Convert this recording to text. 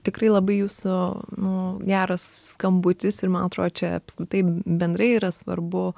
tikrai labai jūsų nu geras skambutis ir man atrodo čia apskritai bendrai yra svarbu